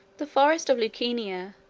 the forest of lucania,